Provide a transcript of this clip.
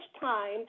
time